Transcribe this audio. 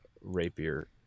rapier